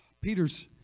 Peter's